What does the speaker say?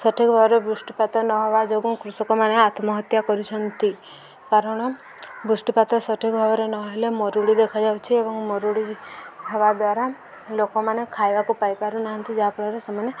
ସଠିକ୍ ଭାବରେ ବୃଷ୍ଟିପାତ ନ ହବା ଯୋଗୁଁ କୃଷକମାନେ ଆତ୍ମହତ୍ୟା କରୁଛନ୍ତି କାରଣ ବୃଷ୍ଟିପାତ ସଠିକ୍ ଭାବରେ ନହେଲେ ମରୁଡ଼ି ଦେଖାଯାଉଛି ଏବଂ ମରୁଡ଼ି ହେବା ଦ୍ୱାରା ଲୋକମାନେ ଖାଇବାକୁ ପାଇ ପାରୁ ନାହାନ୍ତି ଯାହାଫଳରେ ସେମାନେ